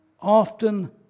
often